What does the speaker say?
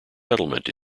settlement